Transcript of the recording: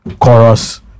chorus